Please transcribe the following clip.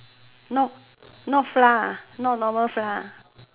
no not flour ah not normal flour ah